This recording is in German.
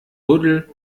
buddel